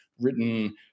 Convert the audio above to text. written